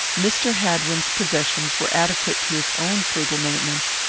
mr. hadwin's possessions were adequate to his own frugal maintenance,